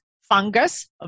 fungus